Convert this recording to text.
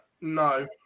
No